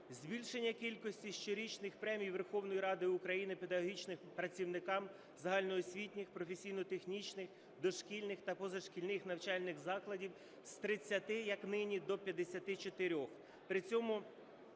збільшення кількості щорічних премій Верховної Ради України педагогічним працівникам загальноосвітніх, професійно-технічних, дошкільних та позашкільних навчальних закладів з 30, як нині, до 54.